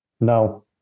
No